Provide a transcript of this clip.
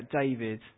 David